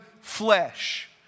flesh